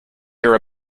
hear